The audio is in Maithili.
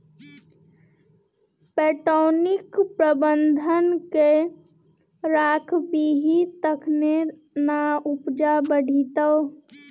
पटौनीक प्रबंधन कए राखबिही तखने ना उपजा बढ़ितौ